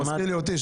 אתה מזכיר לי אותי,